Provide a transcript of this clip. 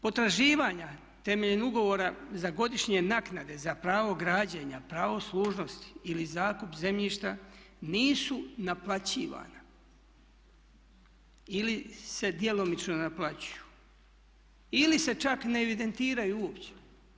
Potraživanja temeljem ugovora za godišnje naknade za pravo građenja, pravo služnosti ili zakup zemljišta nisu naplaćivana ili se djelomično naplaćuju ili se čak ne evidentiraju uopće.